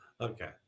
Okay